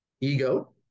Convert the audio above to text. Ego